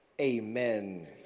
Amen